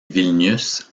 vilnius